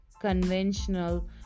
conventional